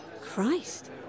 Christ